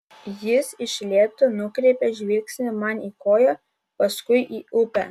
jis iš lėto nukreipia žvilgsnį man į koją paskui į upę